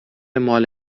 مال